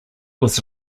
was